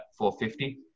450